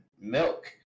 Milk